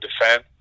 defend